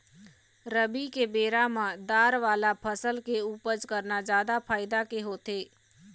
रबी के बेरा म दार वाला फसल के उपज करना जादा फायदा के होथे